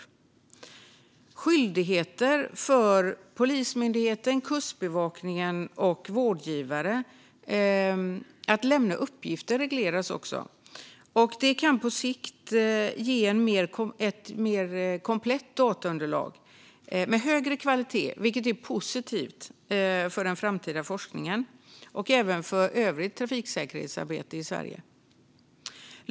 Också skyldigheten för Polismyndigheten, Kustbevakningen och vårdgivare att lämna uppgifter regleras. Det kan på sikt ge ett mer komplett dataunderlag med högre kvalitet, vilket är positivt för den framtida forskningen och även för det övriga trafiksäkerhetsarbetet i Sverige.